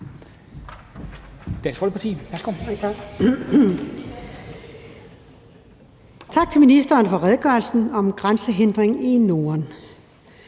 Mange tak. Tak til ministeren for redegørelsen om grænsehindringer i Norden.